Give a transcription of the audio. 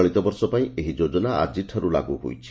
ଚଳିତବର୍ଷ ପାଇଁ ଏହି ଯୋଜନା ଆଜିଠାରୁ ଲାଗୁ ହୋଇଛି